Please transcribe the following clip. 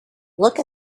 look